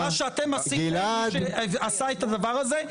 מה שאתם עשיתם שעשה את הדבר הזה,